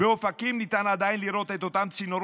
באופקים ניתן עדיין לראות את אותם צינורות